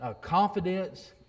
confidence